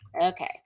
Okay